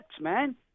man